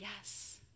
yes